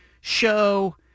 show